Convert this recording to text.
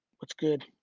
what's good,